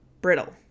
brittle